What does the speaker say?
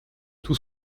tout